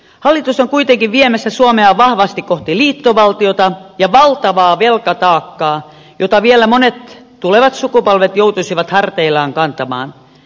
hallitus on kuitenkin viemässä suomea vahvasti kohti liittovaltiota ja valtavaa velkataakkaa jota vielä monet tulevat sukupolvet joutuisivat harteillaan kantamaan